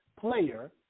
player